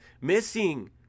missing